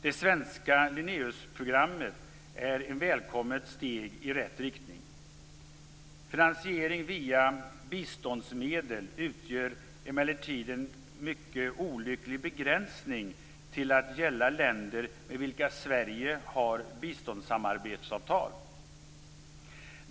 Det svenska Linneausprogrammet är ett välkommet steg i rätt riktning. Finansiering via biståndsmedel utgör emellertid en mycket olycklig begränsning till att gälla länder med vilka Sverige har biståndssamarbetsavtal.